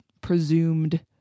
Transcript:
presumed